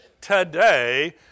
today